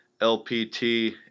LPT